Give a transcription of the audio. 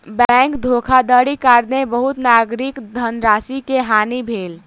बैंकक धोखाधड़ीक कारणेँ बहुत नागरिकक धनराशि के हानि भेल